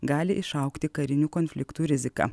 gali išaugti karinių konfliktų rizika